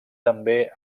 també